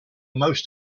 most